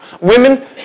Women